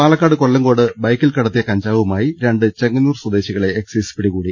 പാലക്കാട് കൊല്ലങ്കോട് ബൈക്കിൽ കടത്തിയ കഞ്ചാവുമായി രണ്ട് ചെങ്ങന്നൂർ സ്വദേശികളെ എക്സൈസ് പിടികൂടി